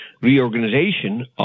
reorganization